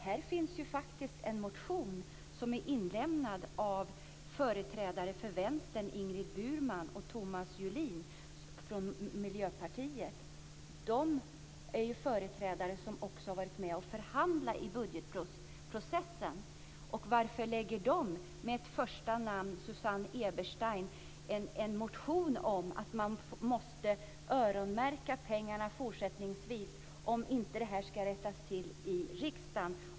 Här finns en motion som är inlämnad av Ingrid Burman från Vänsterpartiet och Thomas Julin från Miljöpartiet, som är företrädare som har varit med och förhandlat i budgetprocessen. Varför väcker de en motion, med Susanne Eberstein som första namn, om att man fortsättningsvis måste öronmärka pengarna om detta inte ska rättas till i riksdagen?